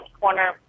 corner